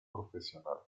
profesional